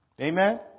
Amen